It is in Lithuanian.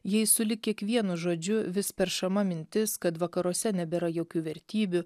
jei sulig kiekvienu žodžiu vis peršama mintis kad vakaruose nebėra jokių vertybių